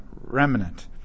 remnant